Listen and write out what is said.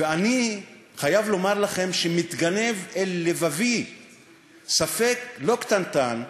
ואני חייב לומר לכם שמתגנב אל לבבי ספק לא קטנטן,